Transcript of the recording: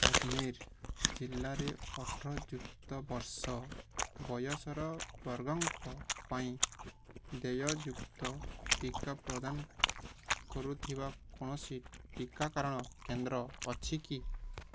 ଆଜମେର ଜିଲ୍ଲାରେ ଅଠରଯୁକ୍ତ ବର୍ଷ ବୟସ ବର୍ଗଙ୍କ ପାଇଁ ଦେୟଯୁକ୍ତ ଟିକା ପ୍ରଦାନ କରୁଥିବା କୌଣସି ଟିକାକରଣ କେନ୍ଦ୍ର ଅଛି କି